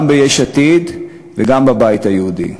גם ביש עתיד וגם בבית היהודי.